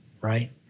right